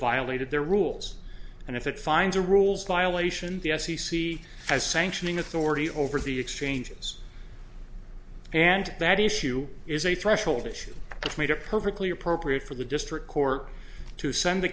violated their rules and if it finds a rules violation the f c c has sanctioning authority over the exchanges and that issue is a threshold issue that made it perfectly appropriate for the district court to send the